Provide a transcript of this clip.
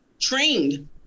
trained